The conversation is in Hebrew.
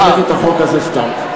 לא הבאתי את החוק הזה סתם.